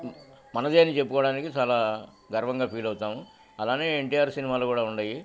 మనదేన్ని చెప్పుకోవడానికి చాలా గర్వంగా ఫీల్ అవుతాము అలానే ఎన్టిఆర్ సినిమాలు కూడా ఉండయి